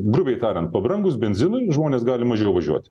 grubiai tarian pabrangus benzinui žmonės gali mažiau važiuoti